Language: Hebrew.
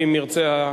אם נרצה,